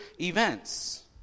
events